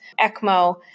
ECMO